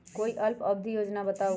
कोई अल्प अवधि योजना बताऊ?